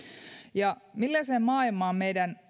millaiseen maailmaan meidän